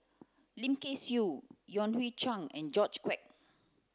Lim Kay Siu Yan Hui Chang and George Quek